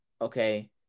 okay